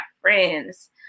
friends